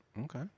Okay